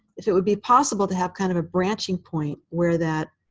if it would be possible to have kind of a branching point where that